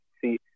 see